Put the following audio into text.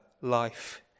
life